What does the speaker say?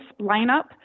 lineup